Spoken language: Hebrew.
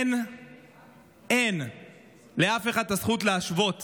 אין לאף אחד את הזכות להשוות